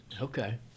okay